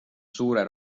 suure